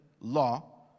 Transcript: law